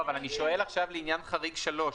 אני שואל עכשיו לעניין חריג (3).